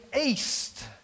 east